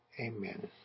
Amen